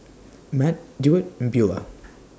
Matt Deward and Beaulah